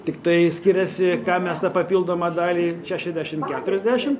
tiktai skiriasi kam mes tą papildomą dalį šešiasdešim keturiasdešim